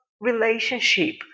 relationship